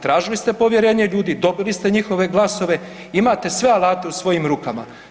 Tražili ste povjerenje ljudi, dobili ste njihove glasove, imate sve alate u svojim rukama.